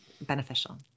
beneficial